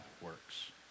works